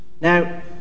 now